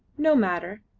no matter.